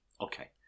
okay